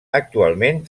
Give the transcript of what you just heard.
actualment